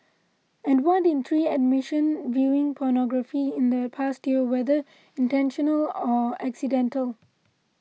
and one in three admission viewing pornography in the past year whether intentional or accidental